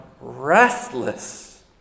restless